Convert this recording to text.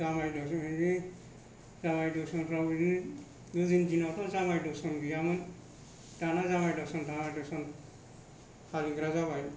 जामाय दरसन जामाय दरसनफ्राव बिदिनो गोदोनि दिनावथ' जामाय दरसन गैयामोन दाना जामायदरसन थामायदरसम फालिग्रा जाबाय